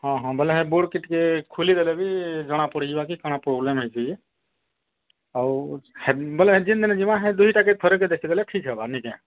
ହଁ ହଁ ବୋଇଲେ ହେ ବୋର୍ଡ଼ କି ଟିକେ ଖୋଲି ଦେଲେ ବି ଜଣା ପଡ଼ିଯିବ କି କାଣା ପ୍ରୋବ୍ଲେମ୍ ହେଇଚି ଆଉ ବଲେ ଯେନ୍ ଦିନ୍ ଯିମା ହେ ଦୁଇଟାକେ ଥରକେ ଦେଖି ଦେଲେ ଠିକ୍ ହବନିକା